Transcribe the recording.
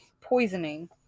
Poisoning